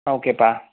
ஆ ஓகேப்பா